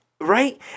Right